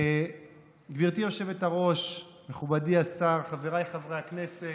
גברתי היושבת-ראש, מכובדי השר, חבריי חברי הכנסת,